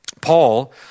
Paul